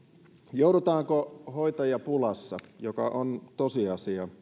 joudutaanko hoitajapulassa joka on tosiasia